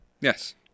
Yes